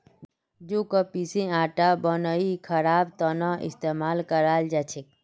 जौ क पीसे आटा बनई खबार त न इस्तमाल कराल जा छेक